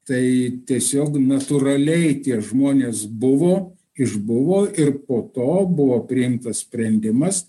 tai tiesiog natūraliai tie žmonės buvo išbuvo ir po to buvo priimtas sprendimas